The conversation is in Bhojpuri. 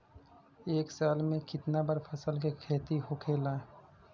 एक साल में कितना बार फसल के खेती होखेला?